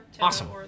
Awesome